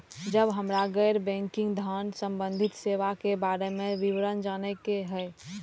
जब हमरा गैर बैंकिंग धान संबंधी सेवा के बारे में विवरण जानय के होय?